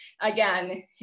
Again